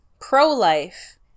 pro-life